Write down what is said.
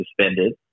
suspended